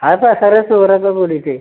അത് pressure sugar ഒക്കെ കൂടിയിട്ട്